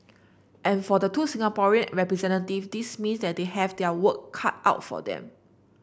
and for the two Singaporean representative this means that they have their work cut out for them